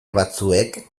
batzuek